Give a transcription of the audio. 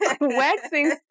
waxing